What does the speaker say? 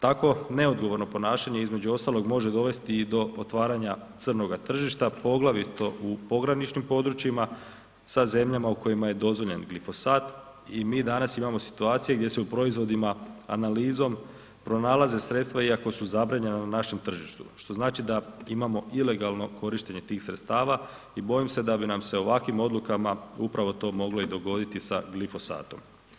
Takvo neodgovorno ponašanje između ostalog može dovesti i do otvaranja crnoga tržišta, poglavito u pograničnim područjima sa zemljama u kojima je dozvoljen glifosat, i mi danas imamo situacije gdje se u proizvodima analizom pronalaze sredstva iako su zabranjena na našem tržištu, što znači da imamo ilegalno korištenje tih sredstava, i bojim se da bi nam se ovakim odlukama upravo to moglo i dogoditi sa glifosatom.